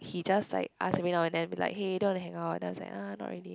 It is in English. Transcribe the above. he just like ask me now and then like hey do you wanna hang out then I was like uh not really